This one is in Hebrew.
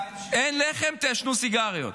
אין לחם, תעשנו סיגריות,